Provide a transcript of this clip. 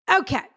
Okay